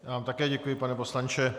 Já vám také děkuji, pane poslanče.